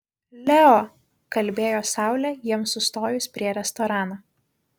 leo kalbėjo saulė jiems sustojus prie restorano